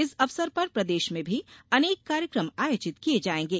इस अवसर पर प्रदेश में भी अनेक कार्यक्रम आयोजित किये जायेंगे